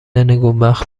نگونبخت